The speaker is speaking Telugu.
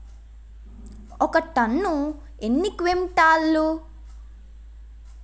ఒక టన్ను ఎన్ని క్వింటాల్లు?